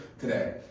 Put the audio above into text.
today